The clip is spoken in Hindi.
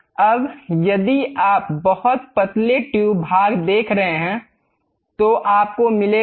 अब यदि आप बहुत पतले ट्यूब भाग देख रहे हैं तो आपको मिलेगा